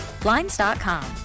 Blinds.com